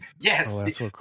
Yes